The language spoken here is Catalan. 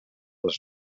els